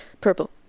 Purple